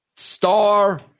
Star